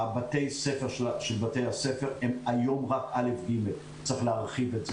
בתי הספר הם היום רק א' עד ג' וצריך להרחיב את זה.